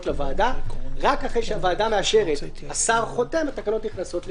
לוועדה ורק אחרי שהוועדה מאשרת השר חותם והתקנות נכנסות לתוקף.